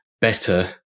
better